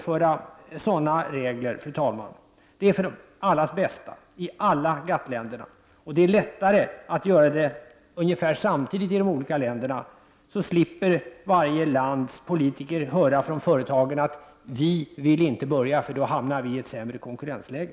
För allas bästa är det bråttom att införa sådana regler i alla GATT:-länder, och det underlättar om man gör det samtidigt. Då slipper varje lands politiker höra från företagen att ingen vill börja, eftersom man då hamnar i ett sämre konkurrensläge.